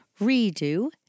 redo